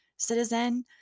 citizen